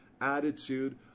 attitude